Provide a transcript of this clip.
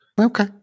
Okay